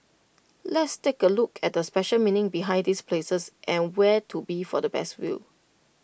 let's take A look at the special meaning behind these places and where to be for the best view